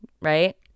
right